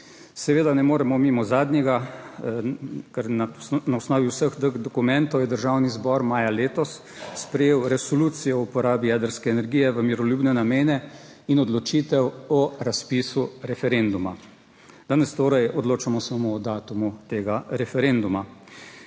Seveda ne moremo mimo zadnjega, ker na osnovi vseh teh dokumentov je Državni zbor maja letos sprejel resolucijo o uporabi jedrske energije v miroljubne namene in odločitev o razpisu referenduma. Danes torej odločamo samo o datumu tega referenduma.